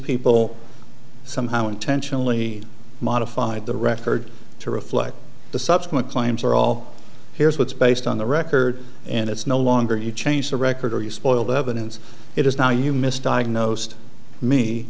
people somehow intentionally modified the record to reflect the subsequent claims are all here's what's based on the record and it's no longer you change the record or you spoil the evidence it is now you missed diagnosed me